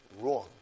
Wrong